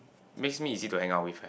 mix me is it to end up with eh